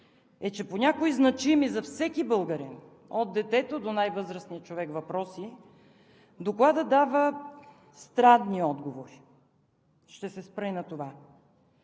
е, че по някои значими за всеки българин – от детето до най-възрастния човек въпроси, Докладът дава странни отговори. Ще се спра и на това.